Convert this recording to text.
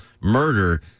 murder